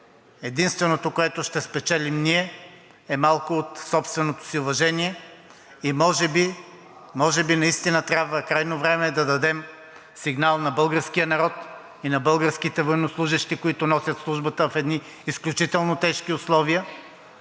единственото, което ще спечелим ние, е малко от собственото си уважение. И може би наистина трябва, крайно време е да дадем сигнал на българския народ и на българските военнослужещи, които носят службата в едни изключително тежки условия,